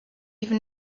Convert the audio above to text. even